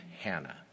Hannah